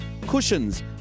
cushions